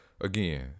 again